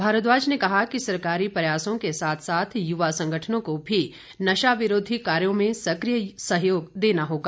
भारद्वाज ने कहा कि सरकारी प्रयासों के साथ साथ युवा संगठनों को भी नशा विरोधी कार्यों में सक्रिय सहयोग देना होगा